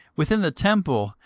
within the temple,